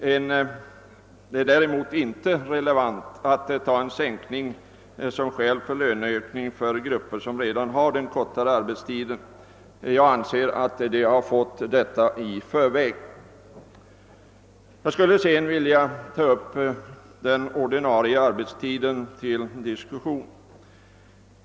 Däremot är det inte relevant att ta en sänkning av arbetstiden som skäl för en löneökning för de grupper som redan har den kortare arbetstiden. Dessa grupper har fått denna förmån i förväg. Jag skulle sedan vilja ta upp frågan om den ordinarie arbetstiden till diskussion.